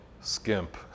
skimp